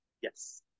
yes